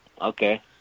Okay